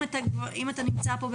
אם אתה נמצא פה,